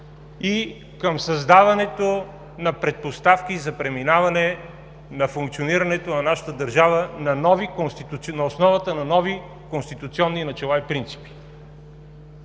и към създаването на предпоставки за преминаване на функционирането на нашата държава на основата на нови конституционни начала и принципи.